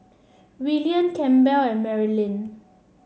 Willian Campbell and Marilynn